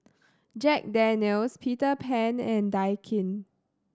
Jack Daniel's Peter Pan and Daikin